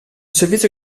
servizio